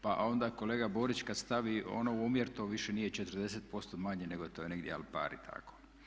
Pa onda kolega Borić kad stavi u onaj omjer to više nije 40% manje, nego to je negdje al pari tako.